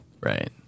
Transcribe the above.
Right